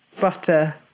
butter